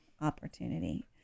opportunity